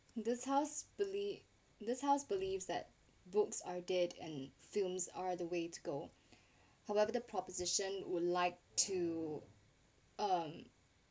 this house believe this house believes that books are dead and films are the way to go however the proposition would like to um